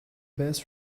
best